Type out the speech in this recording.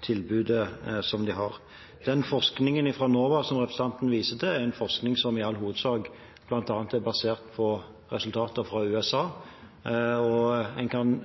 tilbudet som de har. Den forskningen fra NOVA som representanten viser til, er en forskning som i all hovedsak bl.a. er basert på resultater fra USA, og en kan